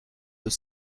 deux